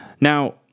Now